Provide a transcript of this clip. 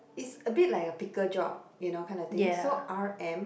is a bit like a picker job you know kind of thing so R_M